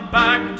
back